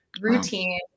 routine